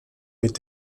mit